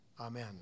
Amen